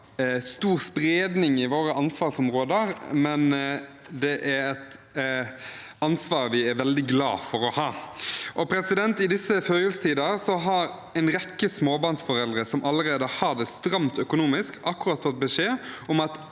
stor spredning i våre ansvarsområder, men det er et ansvar vi er veldig glade for å ha. I disse førjulstider har en rekke småbarnsforeldre som allerede har det stramt økonomisk, akkurat fått beskjed om at